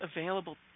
available